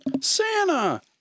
Santa